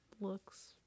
looks